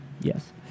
Yes